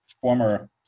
former